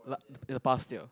like in the past year